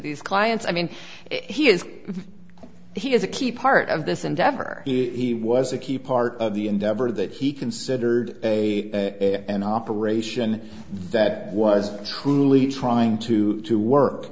these clients i mean he is he is a key part of this endeavor he was a key part of the endeavor that he considered a an operation that was truly trying to do